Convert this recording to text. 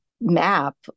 map